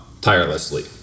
tirelessly